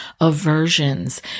aversions